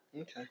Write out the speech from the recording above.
Okay